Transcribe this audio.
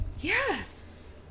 Yes